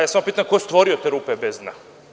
Ja samo pitam – ko je stvorio te rupe bez dna?